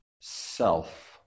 self